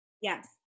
Yes